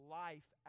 life